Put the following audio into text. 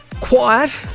quiet